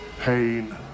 Pain